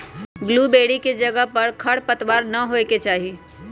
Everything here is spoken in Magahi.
बुल्लुबेरी के जगह पर खरपतवार न होए के चाहि